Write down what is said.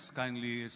kindly